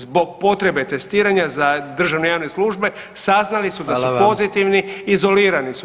Zbog potrebe testiranja za državne i javne službe saznali su da su pozitivni, izolirani su.